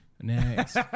Next